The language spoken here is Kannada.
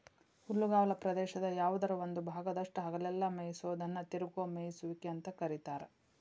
ಹುಲ್ಲುಗಾವಲ ಪ್ರದೇಶದ ಯಾವದರ ಒಂದ ಭಾಗದಾಗಷ್ಟ ಹಗಲೆಲ್ಲ ಮೇಯಿಸೋದನ್ನ ತಿರುಗುವ ಮೇಯಿಸುವಿಕೆ ಅಂತ ಕರೇತಾರ